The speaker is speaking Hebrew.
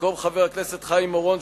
במקום חבר הכנסת חיים אורון,